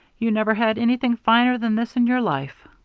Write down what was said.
you never had anything finer than this in your life.